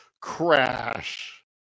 crash